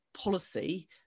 policy